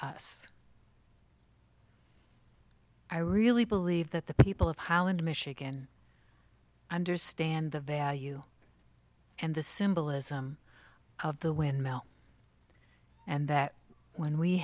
us i really believe that the people of holland michigan understand the value and the symbolism of the windmill and that when we